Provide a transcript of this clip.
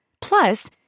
Plus